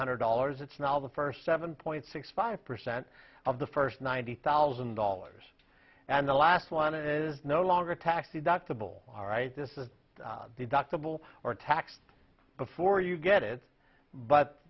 hundred dollars it's now the first seven point six five percent of the first ninety thousand dollars and the last one is no longer a tax deductible all right this is the doc the bill or tax before you get it but